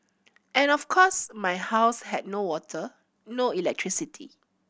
and of course my house had no water no electricity